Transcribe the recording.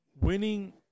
winning